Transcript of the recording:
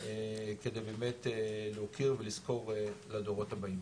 על מנת באמת להוקיר ולזכור לדורות הבאים.